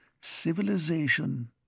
Civilization